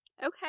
Okay